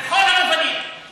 כולל עבריינים